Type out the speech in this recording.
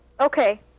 okay